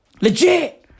Legit